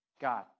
God